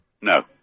No